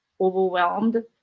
overwhelmed